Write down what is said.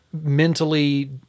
mentally